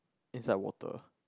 inside water